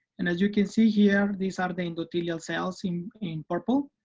and as you can see here, these are the endothelial cells in in purple.